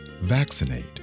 Vaccinate